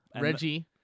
Reggie